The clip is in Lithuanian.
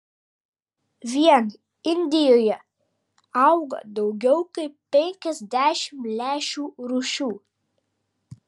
vien indijoje auga daugiau kaip penkiasdešimt lęšių rūšių